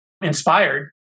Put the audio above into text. inspired